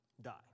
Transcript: Die